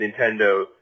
Nintendo